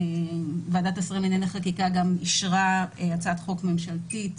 ועדת השרים לענייני חקיקה גם אישרה הצעת חוק ממשלתית